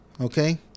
Okay